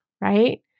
right